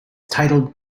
titled